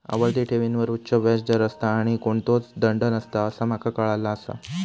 आवर्ती ठेवींवर उच्च व्याज दर असता आणि कोणतोच दंड नसता असा माका काळाला आसा